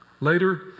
Later